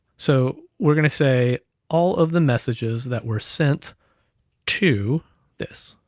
so we're gonna say all of the messages that were sent to this,